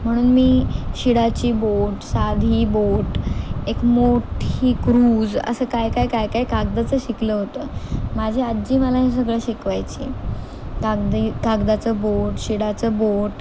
म्हणून मी शिडाची बोट साधी बोट एक मोठी क्रूज असं काय काय काय काय कागदाचं शिकलं होतं माझी आज्जी मला हे सगळं शिकवायची कागदी कागदाचं बोट शिडाचं बोट